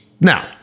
Now